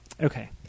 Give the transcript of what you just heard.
Okay